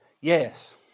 Yes